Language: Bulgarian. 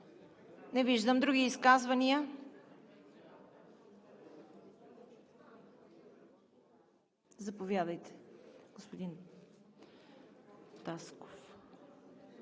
Не виждам. Други изказвания? Заповядайте, господин Тимчев.